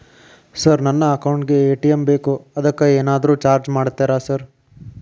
Sir ನನ್ನ account ಗೇ ATM ಬೇಕು ಅದಕ್ಕ ಏನಾದ್ರು ಚಾರ್ಜ್ ಮಾಡ್ತೇರಾ ಸರ್?